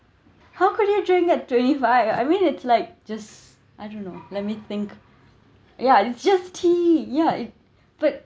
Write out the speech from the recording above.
how could you drink that twenty five I mean it's like just I don't know let me think ya it's just tea yeah it but